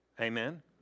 Amen